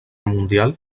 mundial